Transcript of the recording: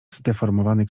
zdeformowany